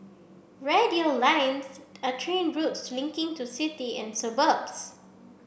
radial lines are train routes linking to city and suburbs